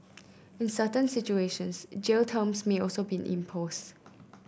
in certain situations jail terms may also be imposed